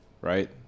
Right